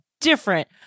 different